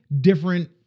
different